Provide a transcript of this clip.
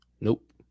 Nope